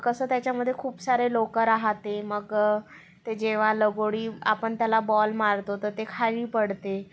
कसं त्याच्यामध्ये खूप सारे लोक राहते मग ते जेव्हा लगोरी आपण त्याला बॉल मारतो तर ते खाली पडते